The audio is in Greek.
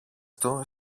του